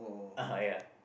uh ya